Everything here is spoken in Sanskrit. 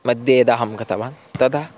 मध्ये यदा अहं गतवान् तदा